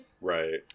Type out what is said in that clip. Right